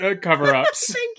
cover-ups